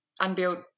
unbuilt